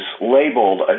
labeled